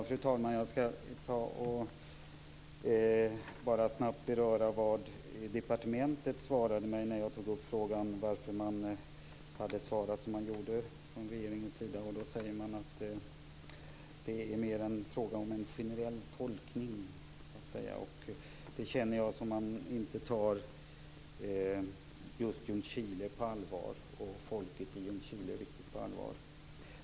Fru talman! Jag skall bara snabbt beröra vad departementet svarade mig när jag tog upp frågan varför man från regeringens sida har uttalat sig så som man gjorde. Det framhölls att det snarare var fråga om en generell tolkning. Jag uppfattar det som att man inte riktigt tar befolkningen i Ljungskile på allvar.